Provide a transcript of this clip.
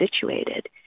situated